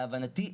להבנתי,